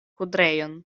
kudrejon